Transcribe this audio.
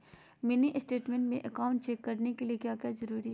Mini state में account check करने के लिए क्या क्या जरूरी है?